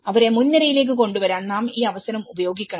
അവരെ മുൻനിരയിലേക്ക് കൊണ്ടുവരാൻ നാം ഈ അവസരം ഉപയോഗിക്കണം